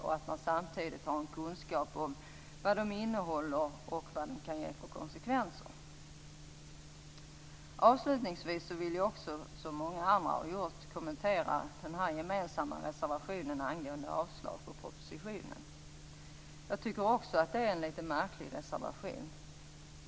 Det är samtidigt viktigt att vi har kunskap om vad materialen innehåller och vad de kan ge för konsekvenser. Avslutningsvis vill jag också, som många andra har gjort, kommentera den gemensamma reservationen angående avslag på propositionen. Jag tycker också att det är en litet märklig reservation.